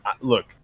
look